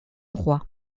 roi